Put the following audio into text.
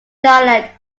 dialect